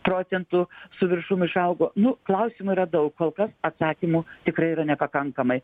procentų su viršum išaugo nu klausimų yra daug kol kas atsakymų tikrai yra nepakankamai